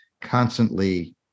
constantly